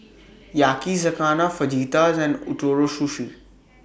Yakizakana Fajitas and Ootoro Sushi